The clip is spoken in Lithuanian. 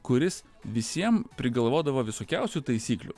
kuris visiem prigalvodavo visokiausių taisyklių